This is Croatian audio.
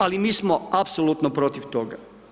Ali mi smo apsolutno protiv toga.